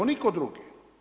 Nitko drugi.